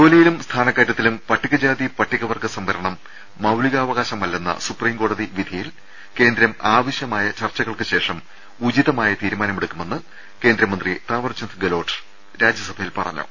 ജോലിയിലും സ്ഥാനക്കയറ്റത്തിലും പട്ടികജാതി പട്ടിക വർഗ സംവ രണം മൌലികാവകാശമല്ലെന്ന സുപ്രീം കോടതി വിധിയിൽ കേന്ദ്രം ആവ ശൃമായ ചർച്ചകൾക്കു ശേഷം ഉചിതമായ തീരുമാനമെടുക്കുമെന്ന് കേന്ദ്ര മന്ത്രി താവാർ ചന്ദ് ഗെലോട്ട് രാജ്യസഭയിൽ പറഞ്ഞു